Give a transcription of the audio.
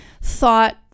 thought